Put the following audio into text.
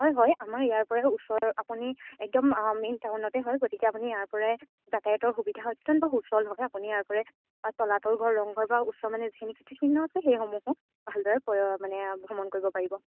হয় হয় আমাৰ ইয়াৰ পৰাই ওচৰ আপুনি একদম মেইন টাউনতে হয় গতিকে আপুনি ইয়াৰ পৰাই যাতায়াতৰ সুবিধা অত্যন্ত সুচল হয় আপুনি ইয়াৰ পৰাই তলাতল ঘৰ ৰংঘৰ বা ওচৰ মানে যিখিনি কীৰ্তিচিহ্ন আছে সেইসমূহো ভালদৰে প মানে ভ্ৰমণ কৰিব পাৰিব